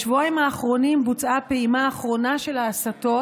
בשבועיים האחרונים בוצעה פעימה אחרונה של ההסטות,